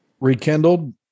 Rekindled